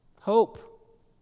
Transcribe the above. Hope